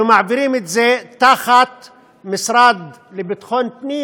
ומעבירים את זה תחת משרד לביטחון פנים,